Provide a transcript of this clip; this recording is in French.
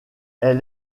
est